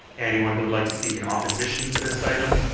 anyone who would like to speak in opposition to this item?